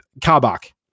Kabak